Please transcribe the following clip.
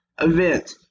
event